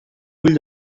ull